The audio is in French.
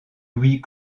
louis